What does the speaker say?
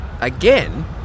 Again